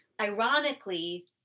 ironically